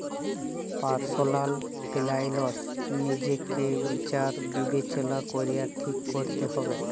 personal ফিলালস লিজেকে বিচার বিবেচলা ক্যরে ঠিক ক্যরতে হবেক